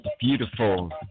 beautiful